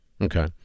okay